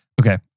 Okay